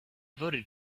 voted